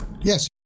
Yes